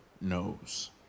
knows